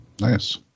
Nice